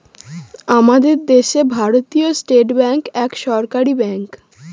আমাদের দেশে ভারতীয় স্টেট ব্যাঙ্ক এক সরকারি ব্যাঙ্ক